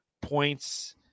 points